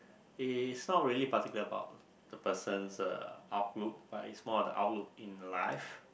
uh it's not really particular about the person's outlook but it's more of the outlook in life